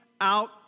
out